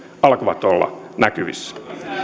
alkavat olla näkyvissä